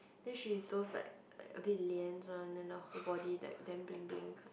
then she is those like a bit lian one then her whole body like damn bling bling kind